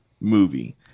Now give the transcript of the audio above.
movie